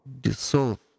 dissolve